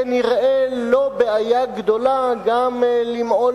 זאת כנראה לא בעיה גדולה בשבילה גם למעול